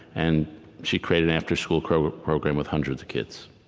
and she created an afterschool program program with hundreds of kids.